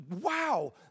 wow